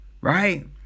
right